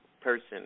person